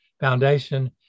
Foundation